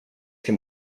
him